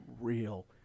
real